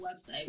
website